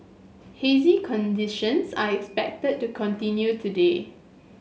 hazy conditions are expected to continue today